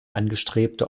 angestrebte